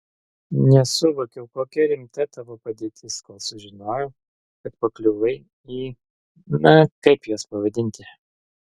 nesuvokiau kokia rimta tavo padėtis kol sužinojau kad pakliuvai į na kaip juos pavadinti